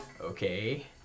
okay